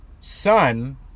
son